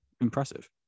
impressive